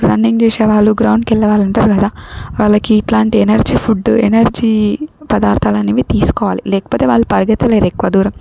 ఇప్పుడు రన్నింగ్ చేసేవాళ్ళు గ్రౌండ్ కెళ్ళేవాళ్ళుంటారు గదా వాళ్ళకి ఇట్లాంటి ఎనర్జీ ఫుడ్ ఎనర్జీ పదార్థాలనేవి తీసుకోవాలి లేకపోతే వాళ్ళు పరిగెత్తలేరు ఎక్కువ దూరం